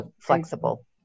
flexible